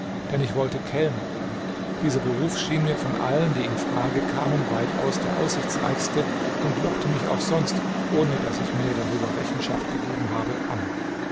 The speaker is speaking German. denn ich wollte kellner werden dieser beruf schien mir von allen die in frage kamen weitaus der aussichtsreichste und lockte mich auch sonst ohne daß ich mir darüber rechenschaft gegeben habe an